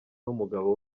n’umugabo